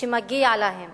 שמגיע להם